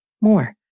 more